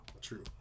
True